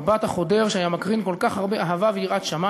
המבט החודר שהיה מקרין כל כך הרבה אהבה ויראת שמים,